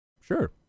Sure